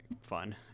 fun